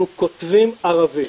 אנחנו כותבים ערבית.